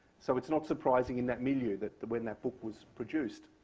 so it's not surprising in that milieu that when that book was produced,